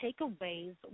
takeaways